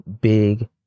big